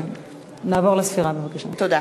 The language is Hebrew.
על כן,